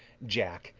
jack,